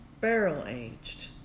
barrel-aged